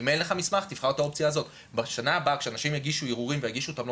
אם אין לך מסמך תבחר באופציה הזאת.